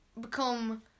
become